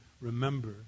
remember